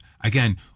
Again